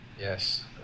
Yes